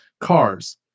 cars